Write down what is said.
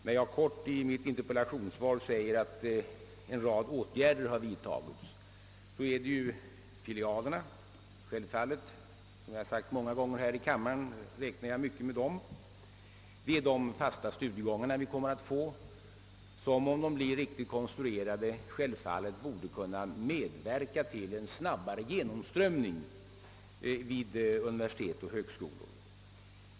När jag helt kort i mitt interpellationssvar säger att en rad åtgärder har vidtagits så gäller det filialerna — självfallet, vilket jag sagt här i kammaren, räknar jag mycket med dem. Det är de fasta studiegångarna vi kommer att få som, om de blir riktigt konstruerade, borde kunna medverka till en snabbare genomströmning vid universitet och högskolor.